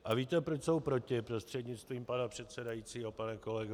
A víte, proč jsou proti, prostřednictvím pana předsedajícího pane kolego?